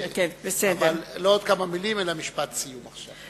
אבל לא עוד כמה מלים אלא משפט סיום עכשיו.